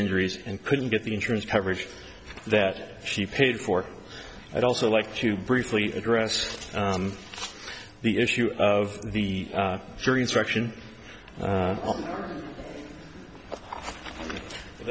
injuries and couldn't get the insurance coverage that she paid for i'd also like to briefly address the issue of the jury instruction